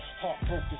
Heartbroken